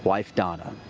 wife donna.